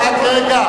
הורוביץ?